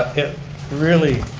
it really